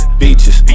beaches